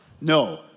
No